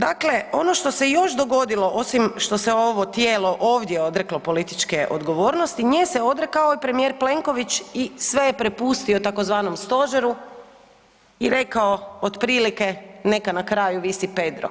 Dakle ono što se još dogodilo osim što se ovo tijelo ovdje odreklo političke odgovornosti nije se odrekao premijer Plenković i sve je prepustio tzv. stožeru i rekao otprilike neka na kraju visi Pedro